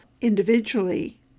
individually